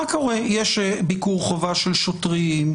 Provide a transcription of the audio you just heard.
יש ביקור חובה של שוטרים?